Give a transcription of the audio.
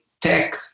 tech